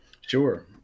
sure